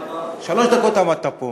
שלוש דקות עמדת פה